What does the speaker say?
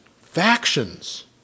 factions